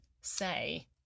say